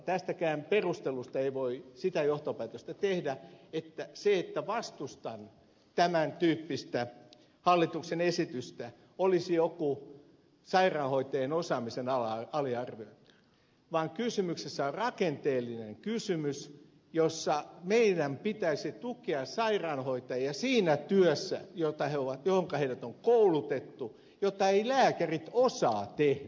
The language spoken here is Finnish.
tästäkään perustelusta ei voi sitä johtopäätöstä tehdä että se että vastustan tämän tyyppistä hallituksen esitystä olisi joku sairaanhoitajien osaamisen aliarviointi vaan kysymyksessä on rakenteellinen kysymys jossa meidän pitäisi tukea sairaanhoitajia siinä työssä johonka heidät on koulutettu jota eivät lääkärit osaa tehdä